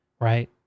right